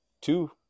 two